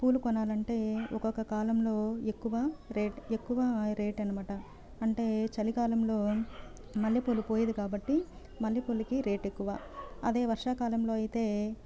పూలు కొనాలంటే ఒక్కొక్క కాలంలో ఎక్కువ రేట్ ఎక్కువ రేటన్నమాట అంటే చలికాలంలో మల్లెపూలు పూయదు కాబట్టి మల్లెపూలకి రేట్ ఎక్కువ అదే వర్షాకాలంలో అయితే